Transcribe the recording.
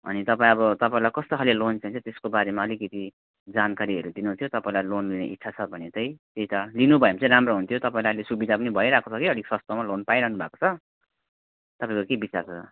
अनि तपाईँ अब तपाईँलाई कस्तो खाले लोन चाहिन्छ त्यसको बारेमा अलिकति जानकारीहरू दिनु थियो तपाईंलाई लोन लिने इच्छा छ भने चाहिँ यता लिनुभयो भने चाहिँ राम्रो हुन्थ्यो तपाईँलाई अहिले सुविधा पनि भइरहेको छ कि अलिक सस्तोमा लोन पाइरहनु भएको छ तपाईँको के बिचार छ त